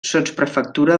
sotsprefectura